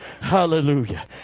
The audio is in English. Hallelujah